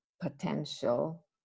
potential